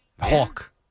Hawk